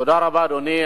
תודה רבה, אדוני.